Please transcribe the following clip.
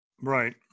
Right